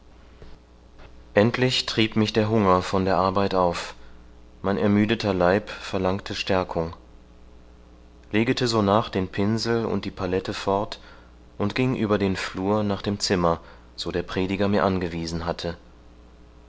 endlich trieb mich der hunger von der arbeit auf mein ermüdeter leib verlangte stärkung legete sonach den pinsel und die palette fort und ging über den flur nach dem zimmer so der prediger mir angewiesen hatte